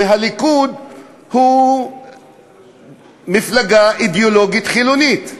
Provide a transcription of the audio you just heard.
והליכוד הוא מפלגה אידיאולוגית חילונית.